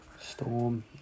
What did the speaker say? Storm